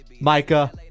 Micah